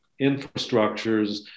infrastructures